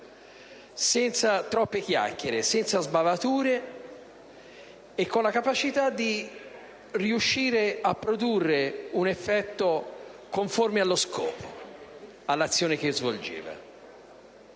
senza troppe chiacchiere, senza sbavature e con la capacità di riuscire a produrre un effetto conforme allo scopo, all'azione che svolgeva.